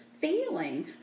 feeling